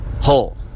hole